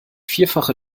vierfache